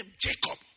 Jacob